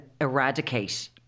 eradicate